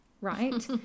right